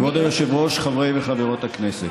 כבוד היושב-ראש, חברי וחברות הכנסת,